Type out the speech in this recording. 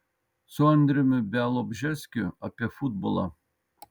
su andriumi bialobžeskiu apie futbolą